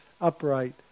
upright